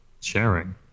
sharing